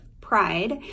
pride